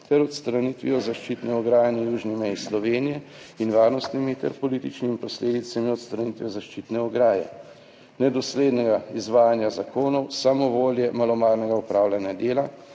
ter odstranitvijo zaščitne ograje na južni meji Slovenije in varnostnimi ter političnimi posledicami odstranitve zaščitne ograje, nedoslednega izvajanja zakonov, samovolje, malomarnega opravljanja dela,